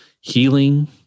healing